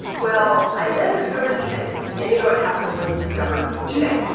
well, i then discovered ebay and you know what happens when you discover ebay,